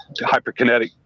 hyperkinetic